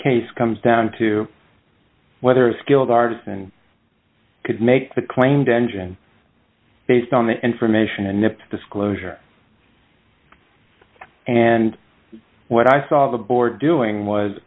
case comes down to whether a skilled artisan could make the claimed engine based on the information and if disclosure and what i saw the board doing was